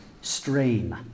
strain